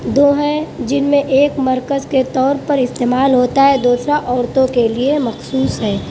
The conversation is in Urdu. دو ہے جن میں ایک مرکز کے طور پر استعمال ہوتا ہے دوسرا عورتوں کے لئے مخصوص ہے